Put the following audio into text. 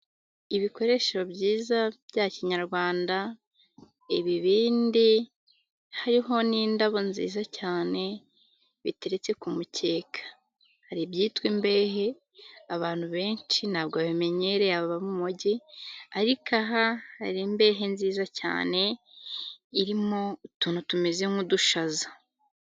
Ibikoresho byiza bya kinyarwanda, ibibindi, hariho n'indabo nziza cyane, biteretse ku mukeka. Hari ibyitwa imbehe, abantu benshi ntabwo babimenyereye, ababa mu mujyi, ariko aha hari imbehe nziza cyane, irimo utuntu tumeze nk'udushaza.